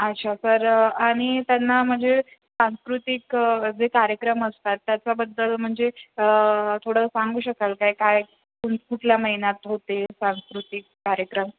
अच्छा सर आणि त्यांना म्हणजे सांस्कृतिक जे कार्यक्रम असतात त्याच्याबद्दल म्हणजे थोडं सांगू शकाल काय काय कु कुठल्या महिन्यात होते सांस्कृतिक कार्यक्रम